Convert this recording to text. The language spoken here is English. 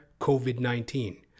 COVID-19